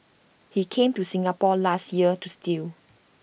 he came to Singapore last year to steal